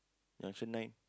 junction nine